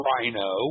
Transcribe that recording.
Rhino